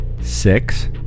Six